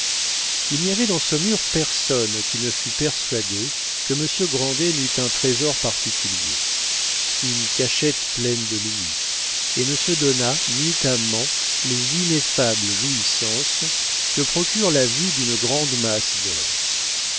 il n'y avait dans saumur personne qui ne fût persuadé que monsieur grandet n'eût un trésor particulier une cachette pleine de louis et ne se donnât nuitamment les ineffables jouissances que procure la vue d'une grande masse d'or